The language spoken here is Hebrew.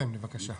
כן, בבקשה.